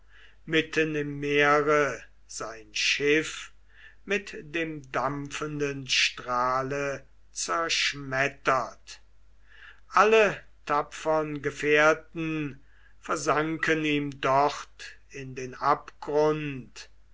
mitten im meere sein schiff mit dem dampfenden strahle zerschmettert alle tapfern gefährten versanken ihm dort in den abgrund